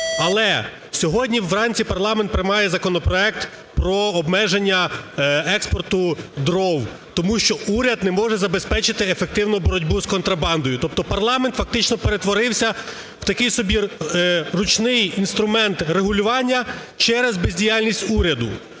Але сьогодні вранці парламент приймає законопроект про обмеження експорту дров, тому що уряд не може забезпечити ефективну боротьбу з контрабандою. Тобто парламент фактично перетворився в такий собі ручний інструмент регулювання через бездіяльність уряду.